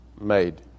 made